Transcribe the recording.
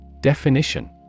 Definition